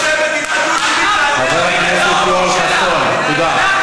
חבר הכנסת יואל חסון, תודה.